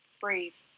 breathe.